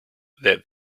that